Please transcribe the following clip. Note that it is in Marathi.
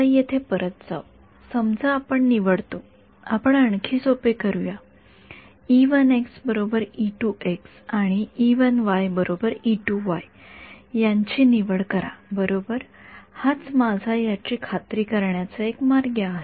आता येथे परत जाऊ समजा आपण निवडतो आपण आणखी सोपे करूया आणि यांची निवड करा बरोबर हाच माझा याची खात्री करण्याचा एक मार्ग आहे